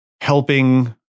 helping